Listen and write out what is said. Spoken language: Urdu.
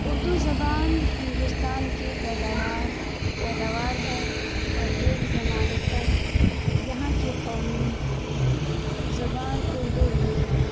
اردو زبان ہندوستان کی پیداوار پیداوار ہے اور ایک زمانے تک یہاں کی قومی زبان اردو رہی ہے